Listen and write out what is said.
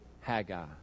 Haggai